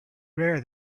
rare